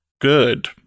Good